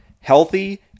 healthy